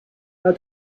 how